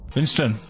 Winston